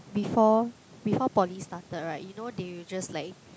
before before poly started right you know they will just like